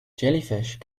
jellyfish